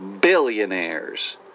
billionaires